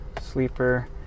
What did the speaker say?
Sleeper